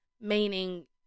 meaning